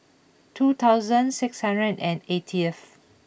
two thousand six hundred and eightieth